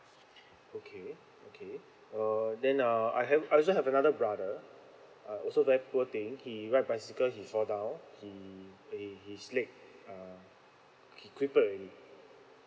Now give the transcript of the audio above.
okay okay uh then uh I have I also have another brother uh also very poor thing he ride bicycle he fall down he his leg uh cri~ crippled already